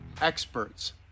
experts